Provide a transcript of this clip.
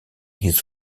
his